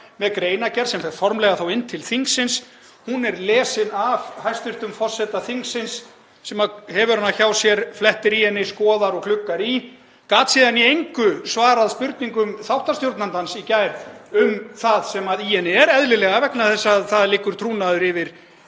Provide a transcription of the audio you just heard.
með greinargerð sem fór formlega inn til þingsins er lesin af hæstv. forseta þingsins sem hefur hana hjá sér, flettir í henni, skoðar og gluggar í, gat síðan í engu svarað spurningum þáttastjórnandans í gær um það sem í henni er, eðlilega vegna þess að það liggur trúnaður yfir